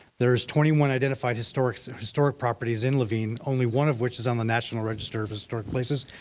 there's twenty one identified historic so historic properties in laveen, only one of which is on the national registry of historic places.